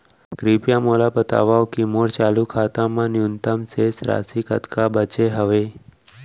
कृपया मोला बतावव की मोर चालू खाता मा न्यूनतम शेष राशि कतका बाचे हवे